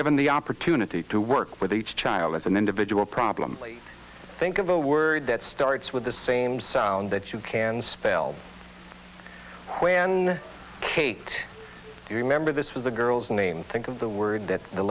given the opportunity to work with each child as an individual problem think of a word that starts with the same sound that you can spell when kate remember this is a girl's name think of the word that the